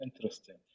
interesting